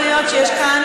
מאוד יכול להיות שיש כאן,